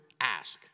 ask